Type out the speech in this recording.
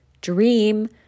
Dream